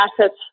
assets